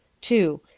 Two